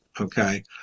Okay